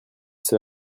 cela